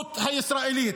הבגרות הישראלית.